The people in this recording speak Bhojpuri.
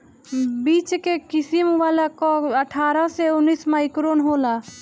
बीच के किसिम वाला कअ अट्ठारह से उन्नीस माइक्रोन होला